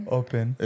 Open